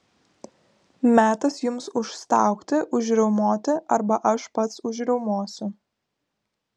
metas jums užstaugti užriaumoti arba aš pats užriaumosiu